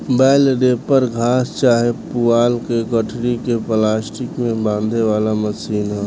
बेल wrapper घास चाहे पुआल के गठरी के प्लास्टिक में बांधे वाला मशीन ह